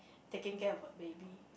taking care of a baby